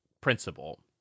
principle